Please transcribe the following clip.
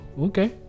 Okay